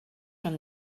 from